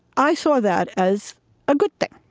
i saw that as a good thing.